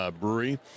brewery